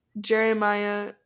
Jeremiah